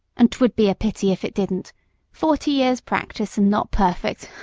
and twould be a pity if it didn't forty years' practice, and not perfect!